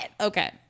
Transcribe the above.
okay